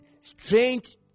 strange